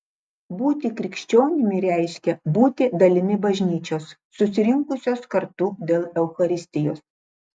būti krikščionimi reiškia būti dalimi bažnyčios susirinkusios kartu dėl eucharistijos